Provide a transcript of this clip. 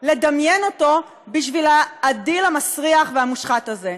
לדמיין אותו בשביל הדיל המסריח והמושחת הזה.